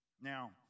Now